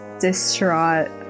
distraught